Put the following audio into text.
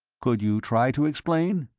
could you try to explain?